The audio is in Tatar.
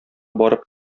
барып